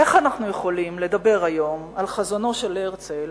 איך אנחנו יכולים לדבר היום על חזונו של הרצל,